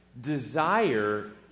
desire